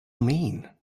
mean